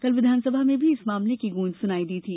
कल विधानसभा में भी इस मामले की गूंज सुनाई दी थी